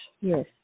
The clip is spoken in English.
Yes